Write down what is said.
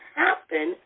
happen